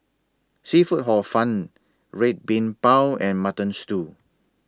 Seafood Hor Fun Red Bean Bao and Mutton Stew